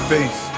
Face